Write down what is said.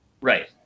right